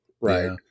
right